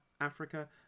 Africa